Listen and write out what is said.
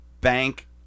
bank